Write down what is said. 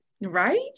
Right